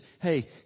hey